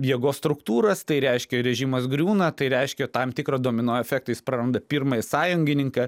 jėgos struktūras tai reiškia režimas griūna tai reiškia tam tikrą domino efektą jis praranda pirmąjį sąjungininką